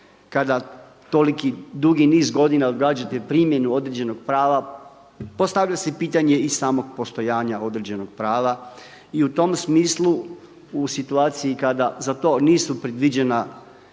kada toliki dugi niz godina odgađate primjenu određenog prava postavlja se pitanje i samog postojanja određenog prava. I u tom smislu u situaciji kada za to nisu predviđena